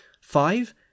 five